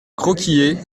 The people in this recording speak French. croquié